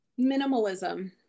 Minimalism